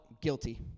guilty